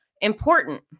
important